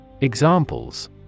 Examples